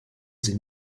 sie